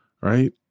right